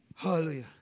Hallelujah